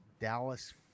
Dallas